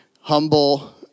humble